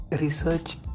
research